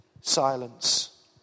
silence